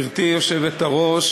יציג את הצעת החוק יושב-ראש